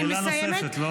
שאלה נוספת.